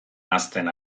hazten